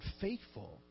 Faithful